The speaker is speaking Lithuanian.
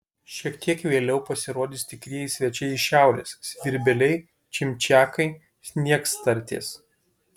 šiek tiek vėliau pasirodys tikrieji svečiai iš šiaurės svirbeliai čimčiakai sniegstartės